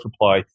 reply